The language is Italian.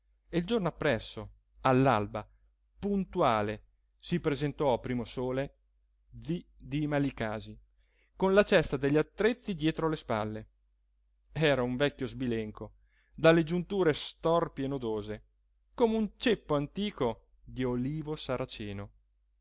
e il giorno appresso all'alba puntuale si presentò a primosole zi dima licasi con la cesta degli attrezzi dietro le spalle era un vecchio sbilenco dalle giunture storpie e nodose come un ceppo antico di olivo saraceno